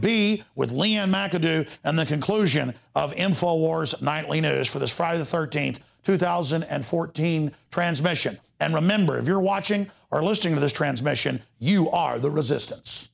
in the conclusion of in four wars nightly news for this friday the thirteenth two thousand and fourteen transmission and remember if you're watching or listening to this transmission you are the resistance